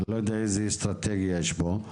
אני לא יודעת איזו אסטרטגיה יש פה.